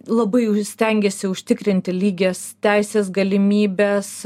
labai stengiasi užtikrinti lygias teises galimybes